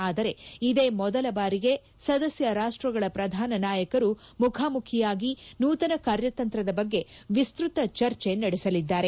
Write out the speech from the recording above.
ಆದರೆ ಇದೇ ಮೊದಲ ಬಾರಿಗೆ ಸದಸ್ಯ ರಾಷ್ಟಗಳ ಪ್ರಧಾನ ನಾಯಕರು ಮುಖಾಮುಖಿಯಾಗಿ ನೂತನ ಕಾರ್ಯತಂತ್ರದ ಬಗ್ಗೆ ವಿಸ್ತೃತ ಚರ್ಚೆ ನಡೆಸಲಿದ್ದಾರೆ